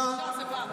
מה,